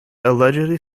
allegedly